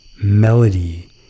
melody